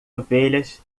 ovelhas